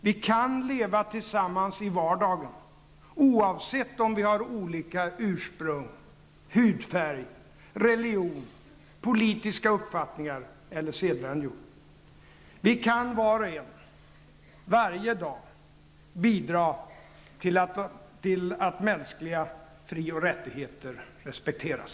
Vi kan leva tillsammans i vardagen -- oavsett om vi har olika ursprung, hudfärg, religion, politiska uppfattningar eller sedvänjor. Vi kan var och en, varje dag, bidra till att mänskliga fri och rättigheter respekteras.